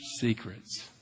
secrets